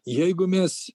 jeigu mes